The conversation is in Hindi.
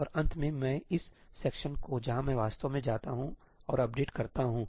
और अंत में मैं इस सेक्शन को जहां मैं वास्तव में जाता हूं और अपडेट करता हूं